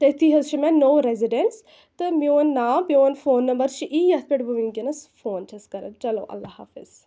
تٔتی حظ چھُ مےٚ نوٚو ریذِڈینٕس تہٕ میٛون ناو میٛون فون نمبر چھُ یی یَتھ پٮ۪ٹھ بہٕ وُنکٮ۪نَس فون چھَس کران چلو اللہ حافِظ